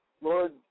Lord